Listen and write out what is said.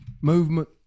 movement